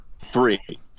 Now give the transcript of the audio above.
three